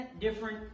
different